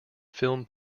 film